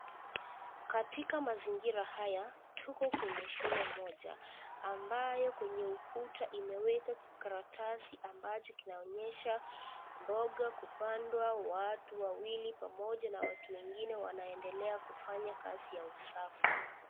Katika mazingira haya, tuko kwenye shule moja, ambayo kwenye ukuta imeweka karatasi ambacho kinaonyesha mboga kupandwa. Watu wawili, pamoja na watu wengine wanaendelea kufanya kazi ya usafi.